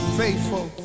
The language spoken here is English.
faithful